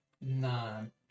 nine